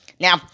Now